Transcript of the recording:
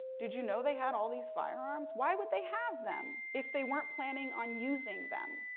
did you know they had all these firearms? why would they have them if they weren't planning on using them?